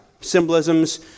symbolisms